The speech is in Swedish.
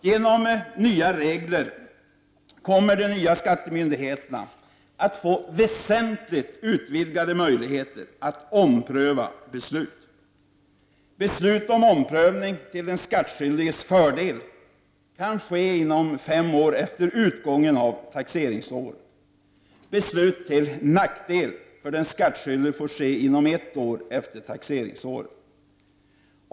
Genom nya regler kommer de nya skattemyndigheterna att få väsentligt utvidgade möj ligheter att ompröva beslut. Beslut om omprövning till den skattskyldiges fördel kan ske inom fem år efter utgången av taxeringsåret. Beslut till nackdel för den skattskyldige får ske inom ett år efter taxeringsåret.